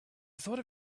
thought